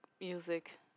music